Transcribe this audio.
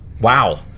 Wow